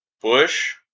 Bush